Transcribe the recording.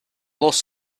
loss